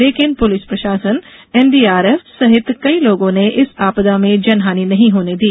लेकिन पुलिस प्रशासन एनडीआरएफ सहित कई लोगों ने इस आपदा में जन हानि नहीं होने दी